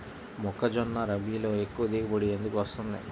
మొక్కజొన్న రబీలో ఎక్కువ దిగుబడి ఎందుకు వస్తుంది?